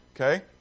Okay